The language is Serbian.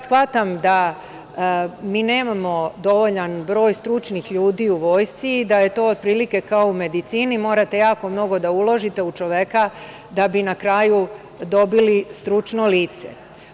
Shvatam da mi nemamo dovoljan broj stručnih ljudi u Vojsci i da je to otprilike kao u medicini, morate jako mnogo uložite u čoveka da bi na kraju dobili stručno lice.